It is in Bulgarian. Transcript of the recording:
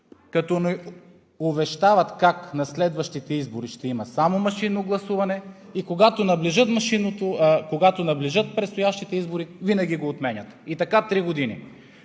като увещават как на следващите избори ще има само машинно гласуване и когато наближат предстоящите избори, винаги го отменят. И така три години.